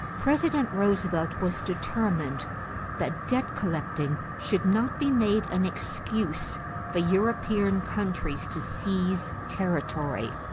president roosevelt was determined that debt collecting should not be made an excuse for european countries to seize territory.